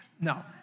No